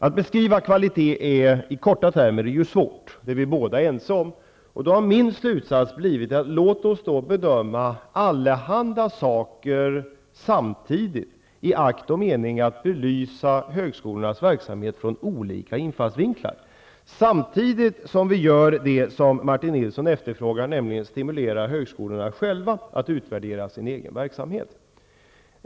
Att beskriva kvalitet i korta termer är svårt, det är vi båda ense om. Då har min slutsats blivit: Låt oss bedöma allehanda saker samtidigt, i akt och mening att belysa högskolornas verksamhet från olika infallsvinklar, samtidigt som vi gör det som Martin Nilsson efterfrågar, nämligen stimulerar högskolorna själva att utvärdera sin egen verksamhet.